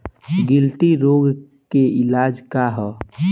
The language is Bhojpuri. गिल्टी रोग के इलाज का ह?